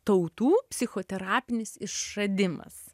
tautų psichoterapinis išradimas